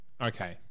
Okay